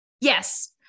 Yes